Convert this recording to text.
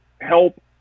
help